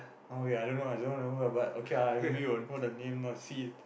oh okay I don't know I don't know the who lah but okay ah I maybe will know the name lah see if